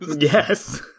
Yes